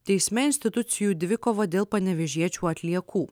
teisme institucijų dvikova dėl panevėžiečių atliekų